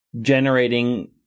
generating